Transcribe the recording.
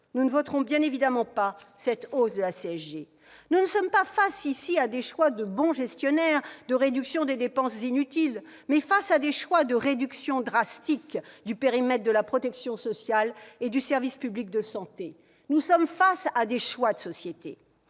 Nous ne voterons bien évidemment pas cette hausse de la CSG ! Nous ne sommes pas face à des choix de bons gestionnaires visant à réduire des dépenses inutiles, mais nous sommes face à des choix de réduction drastique du périmètre de la protection sociale et du service public de santé : nous sommes face à des choix de société